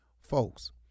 Folks